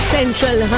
Central